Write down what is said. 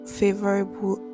favorable